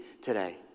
today